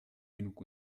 genug